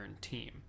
team